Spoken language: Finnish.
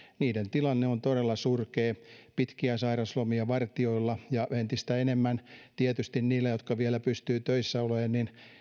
niiden tilanne on todella surkea pitkiä sairaslomia vartijoilla ja tietysti niillä jotka vielä pystyvät töissä olemaan